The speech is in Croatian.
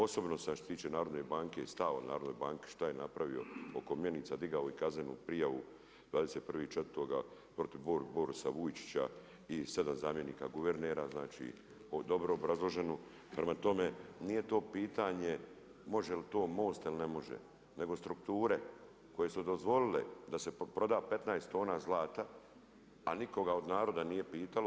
Osobno što se tiče Narodne banke i stava o Narodnoj banki, šta je napravio oko mjenica, digao i kaznenu prijavu 21.4. protiv Borisa Vujčića i sedam zamjenika guvernera, znači o dobro obrazloženu, prema tome nije to pitanje, može li to Most ili ne može, nego strukture koje su dozvolile da se proda 15 tona zlata, a nikoga od naroda nije pitalo.